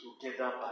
together